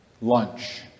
lunch